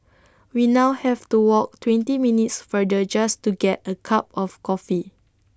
we now have to walk twenty minutes farther just to get A cup of coffee